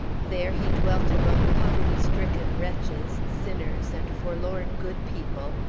there he dwelt among poverty-stricken wretches, sinners, and forlorn good people,